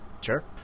Sure